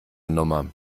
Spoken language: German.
nummer